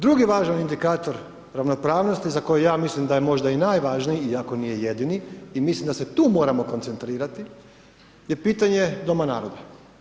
Drugi važan indikator ravnopravnosti za koje ja mislim da je možda najvažniji iako nije jedini i mislim da se tu moramo koncentrirati, je pitanje doma naroda.